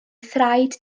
thraed